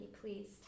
please